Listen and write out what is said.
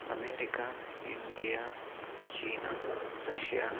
America India China Russia